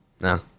No